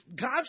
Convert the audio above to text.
God